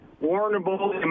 warrantable